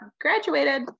graduated